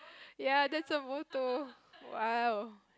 ya that's a motto !wow!